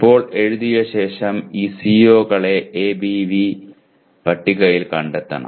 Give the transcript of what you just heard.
ഇപ്പോൾ എഴുതിയ ശേഷം ഈ സിഒകളെ എബിവി പട്ടികയിൽ കണ്ടെത്തണം